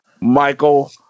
Michael